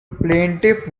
plaintiff